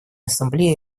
ассамблеи